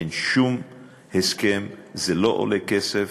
אין שום הסכם, וזה לא עולה כסף.